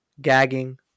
gagging